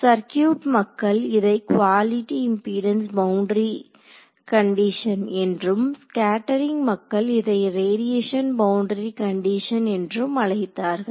circuit மக்கள் இதை quality impedance boundary condition என்றும் ஸ்கேட்டெரிங் மக்கள் இதை ரேடியேஷன் பவுண்டரி கண்டிஷன் என்றும் அழைத்தார்கள்